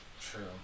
True